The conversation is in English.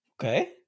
Okay